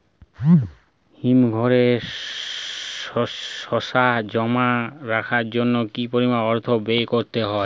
হিমঘরে শসা জমা রাখার জন্য কি পরিমাণ অর্থ ব্যয় করতে হয়?